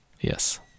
Yes